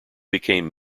became